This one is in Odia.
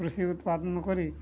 କୃଷି ଉତ୍ପାଦନ କରି